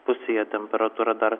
pusėje temperatūra dar